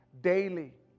daily